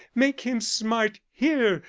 make him smart here,